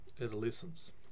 adolescents